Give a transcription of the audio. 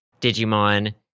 Digimon